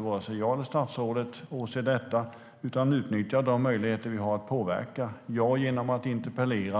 vare sig jag eller statsrådet, stillatigande åse detta. Vi ska utnyttja de möjligheter som vi har för att påverka. Jag kan påverka genom att interpellera.